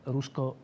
Rusko